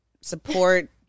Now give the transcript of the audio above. support